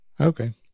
Okay